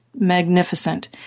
magnificent